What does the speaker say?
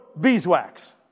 beeswax